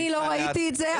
אני לא ראיתי את זה,